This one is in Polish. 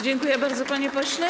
Dziękuję bardzo, panie pośle.